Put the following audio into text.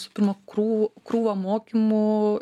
visų pirma krū krūvą mokymų